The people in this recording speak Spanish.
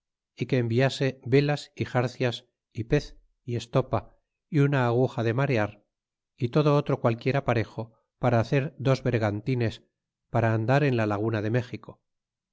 y que enviase velas y xarcias y pez y estopa y una aguja de marear y todo otro qualquier aparejo para hacer dos vergantines para andar en la laguna de méxico